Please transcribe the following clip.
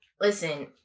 Listen